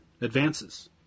advances